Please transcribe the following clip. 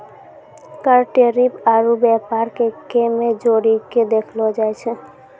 कर टैरिफ आरू व्यापार के एक्कै मे जोड़ीके देखलो जाए छै